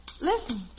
listen